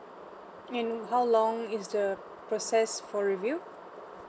and how long is the process for review